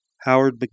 Howard